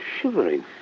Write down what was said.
shivering